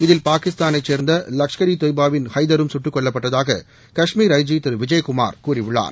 இதில் பாகிஸ்தானைச் சேர்ந்த லஷ்கா் ஈ தொய்பாவின் ஹைதரும் சுட்டுக் கொல்லப்பட்டதாக கஷ்மீர் ஐ ஐி திரு விஜயகுமார் கூறியுள்ளார்